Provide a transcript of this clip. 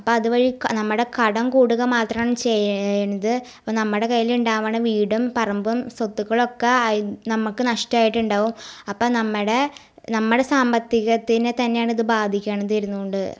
അപ്പം അതുവഴി നമ്മുടെ കടം കൂടുക മാത്രം ചെയ്യുന്നത് അപ്പം നമ്മുടെ കയ്യിലുണ്ടവുന്ന വീടും പറമ്പും സ്വത്തുക്കളുമൊക്കെ നമ്മൾക്ക് നഷ്ടമായിട്ടുണ്ടാവും അപ്പം നമ്മുടെ നമ്മുടെ സാമ്പത്തികത്തിന് തന്നെ ആണ് ഇത് ബാധിക്കുന്നത് ഇരുന്നത് കൊണ്ട്